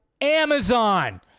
Amazon